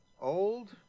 Old